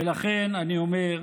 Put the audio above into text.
ולכן אני אומר,